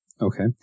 Okay